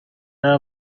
para